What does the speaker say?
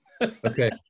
Okay